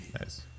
Nice